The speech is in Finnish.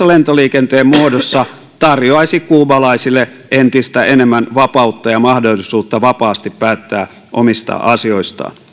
lentoliikenteen muodossa tarjoaisi kuubalaisille entistä enemmän vapautta ja mahdollisuutta vapaasti päättää omista asioistaan